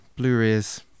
Blu-rays